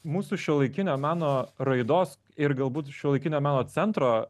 mūsų šiuolaikinio meno raidos ir galbūt šiuolaikinio meno centro